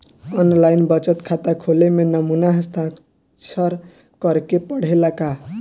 आन line बचत खाता खोले में नमूना हस्ताक्षर करेके पड़ेला का?